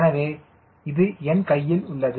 எனவே இது என் கையில் உள்ளது